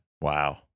Wow